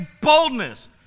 boldness